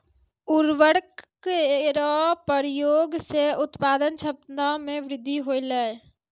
उर्वरक केरो प्रयोग सें उत्पादन क्षमता मे वृद्धि होलय